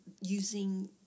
using